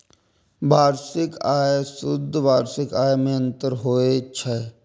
वार्षिक आय आ शुद्ध वार्षिक आय मे अंतर होइ छै